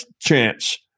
chance